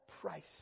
price